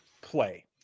play